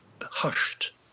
hushed